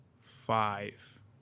five